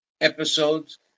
episodes